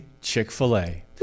Chick-fil-A